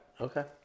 Okay